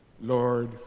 Lord